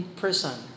prison